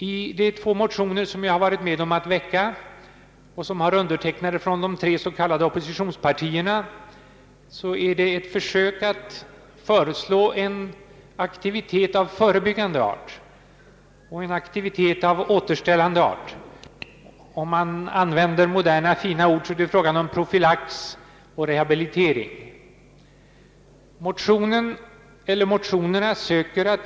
I de två motioner jag har varit med om att väcka och som har undertecknare från de tre s.k. oppositionspartierna har man försökt att föreslå dels en aktivitet av förebyggande art, dels en aktivitet av återställande natur. Om man använder moderna, fina ord, är det fråga om profylax och rehabilitering. Motionerna söker ge konkreta uppslag.